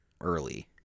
early